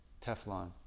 Teflon